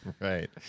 Right